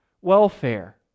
welfare